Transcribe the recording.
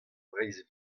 breizh